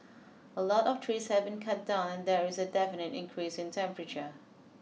a lot of trees have been cut down and there is a definite increase in temperature